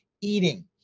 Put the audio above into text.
eating